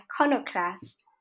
iconoclast